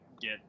get